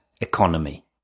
economy